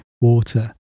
water